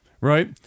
Right